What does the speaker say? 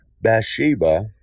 Bathsheba